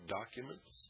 documents